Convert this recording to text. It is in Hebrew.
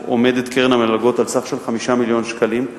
עומדת קרן המלגות על סך 5 מיליון שקלים.